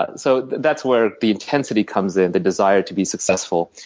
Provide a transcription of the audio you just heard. ah so that's where the intensity comes in the desire to be successful.